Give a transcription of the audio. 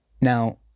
Now